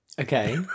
Okay